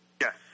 Yes